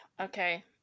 Okay